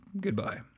Goodbye